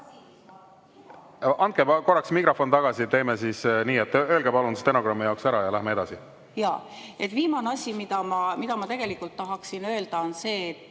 Andke korraks mikrofon tagasi. Teeme siis nii, et öelge palun stenogrammi jaoks ära ja läheme edasi. Jaa. Viimane asi, mida ma tahaksin öelda, on see, et